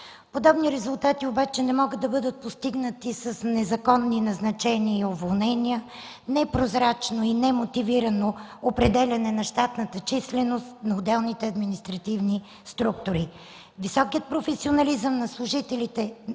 Подобни резултати обаче не могат да бъдат постигнати с незаконни назначения и уволнения, непрозрачно и немотивирано определяне на щатната численост на отделните административни структури. Високият професионализъм на служителите